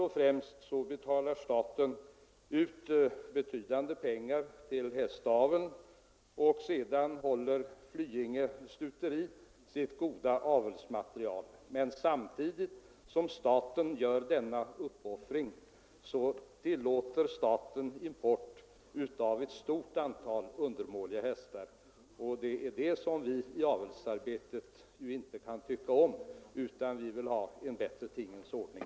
Å ena sidan betalar staten ut betydande summor till hästaveln genom att staten håller Flyinge stuteri med dess goda avelsmaterial, och å andra sidan tillåter staten — samtidigt med denna uppoffring — import av ett stort antal undermåliga hästar. Det är det som vi i avelsarbetet inte kan godta, utan vi vill ha en bättre tingens ordning.